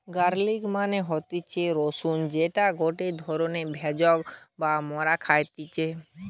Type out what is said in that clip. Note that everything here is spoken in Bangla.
গার্লিক মানে হতিছে রসুন যেটা গটে ধরণের ভেষজ যা মরা খাইতেছি